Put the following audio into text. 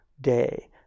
day